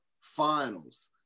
finals